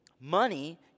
money